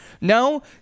No